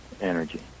energy